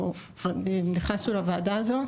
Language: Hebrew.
שאנחנו גם נכנסנו לוועדה הזו,